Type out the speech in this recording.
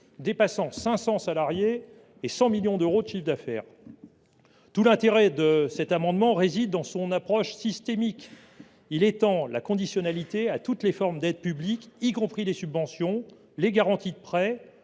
dépassant les 100 millions d’euros de chiffre d’affaires. Tout l’intérêt de cet amendement réside dans son approche systémique : il s’agit d’étendre la conditionnalité à toutes les formes d’aide publique, y compris les subventions, les garanties de prêt,